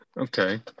Okay